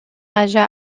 raja